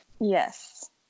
Yes